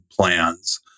plans